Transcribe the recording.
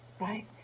right